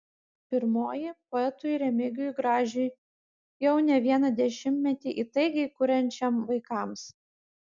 pirmoji poetui remigijui gražiui jau ne vieną dešimtmetį įtaigiai kuriančiam vaikams